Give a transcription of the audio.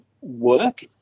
work